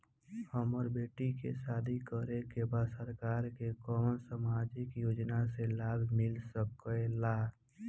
हमर बेटी के शादी करे के बा सरकार के कवन सामाजिक योजना से लाभ मिल सके ला?